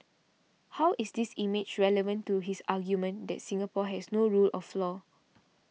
how is this image relevant to his argument that Singapore has no rule of law